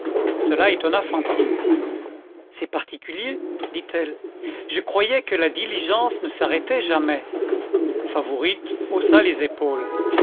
cela étonna fantine c'est particulier dit-elle je croyais que la diligence ne s'arrêtait jamais favourite haussa les épaules